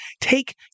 take